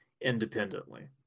independently